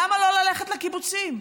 למה לא ללכת לקיבוצים?